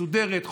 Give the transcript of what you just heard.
מסודרת,